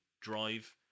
drive